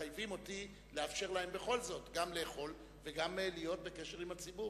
מחייבים אותי לאפשר להם בכל זאת גם לאכול וגם להיות בקשר עם הציבור.